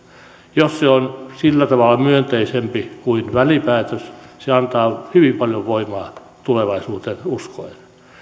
jos se on sillä tavalla myönteisempi kuin välipäätös se antaa hyvin paljon voimaa tulevaisuuteen uskoen